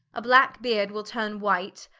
a blacke beard will turne white,